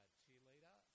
cheerleader